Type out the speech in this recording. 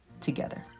together